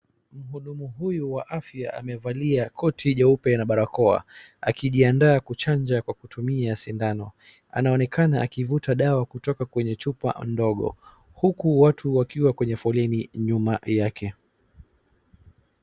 Mhudumu huyu wa afya amevalia koti jeupe na barakoa akijiandaa kuchanja kwa kutumia sindano. Anaonekana akivuta dawa kutoka kwenye chupa ndogo uku watu wakiwa kwenye foleni nyuma yake.